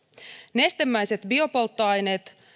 nestemäiset biopolttoaineet